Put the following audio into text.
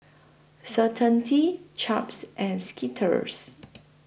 Certainty Chaps and Skittles